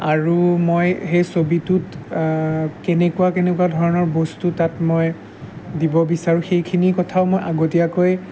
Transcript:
আৰু মই সেই ছবিটোত কেনেকুৱা কেনেকুৱা ধৰণৰ বস্তু তাত মই দিব বিচাৰোঁ সেইখিনি কথাও মই আগতীয়াকৈ